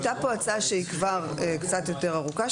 הייתה פה הצעה שהיא כבר קצת יותר ארוכה,